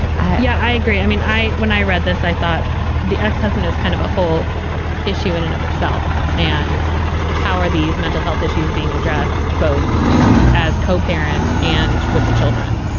i yeah i agree. i mean, i when i read this, i thought the ex-husband is kind of a whole issue in and of itself. and how are these mental health issues being addressed both as co-parents and with the children?